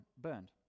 burned